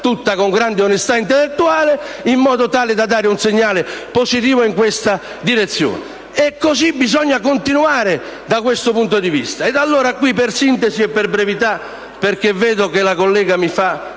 tutta con grande onestà intellettuale - in modo tale da dare un segnale positivo in questa direzione. E così bisogna continuare, da questo punto di vista. Allora qui, per sintesi e brevità (perché vedo che la collega